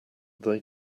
they